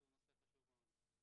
שהוא נושא חשוב מאוד.